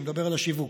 אני מדבר על השיווק,